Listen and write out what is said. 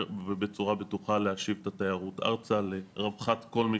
ובצורה בטוחה להשיב את התיירות ארצה לרווחת כל מי